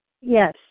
Yes